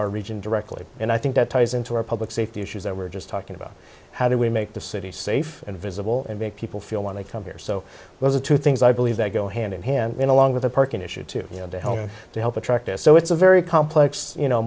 our region directly and i think that ties into our public safety issues that we're just talking about how do we make the city safe and visible and make people feel when they come here so those are two things i believe that go hand in hand going along with the parking issue to you know to help to help attract a so it's a very complex you know